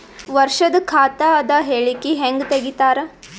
ವರ್ಷದ ಖಾತ ಅದ ಹೇಳಿಕಿ ಹೆಂಗ ತೆಗಿತಾರ?